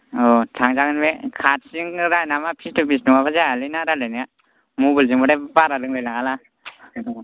थांजागोन बे खाथिजों रायलायनाय माबा फेस थु फेस नङाबा जायालै ना रायलायनाया मबेलजोंबाथाय बारा रोंलायलाङालां